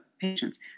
patients